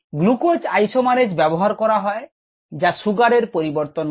glucose isomerase ব্যবহার করা হয় যা সুগারের পরিবর্তন করে